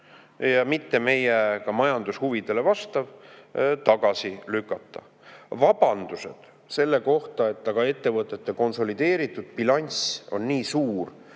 ja mitte meie majandushuvidele vastav esimesel lugemisel tagasi lükata. Vabandused selle kohta, et aga ettevõtete konsolideeritud bilanss on nii suur